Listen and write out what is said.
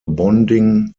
bonding